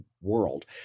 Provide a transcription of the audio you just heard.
world